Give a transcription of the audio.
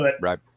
Right